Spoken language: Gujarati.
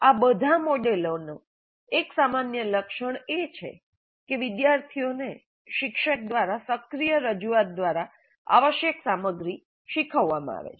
આ બધા મોડેલોનો એક સામાન્ય લક્ષણ એ છે કે વિદ્યાર્થીઓને શિક્ષક દ્વારા સક્રિય રજૂઆત દ્વારા આવશ્યક સામગ્રી શીખવવામાં આવે છે